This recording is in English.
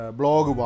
blog